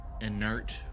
inert